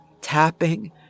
tapping